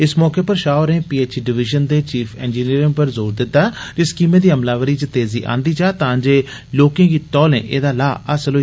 इस मौके पर शाह होरें पी एच ई डिवीजन दे चीफ इंजीनियरें पर ज़ोर दिता जे स्कीमें दी अमलावरी च तेज़ी आंदी जा तां जे लोकं गी तौलें एह्दा लाह हासल होई सकै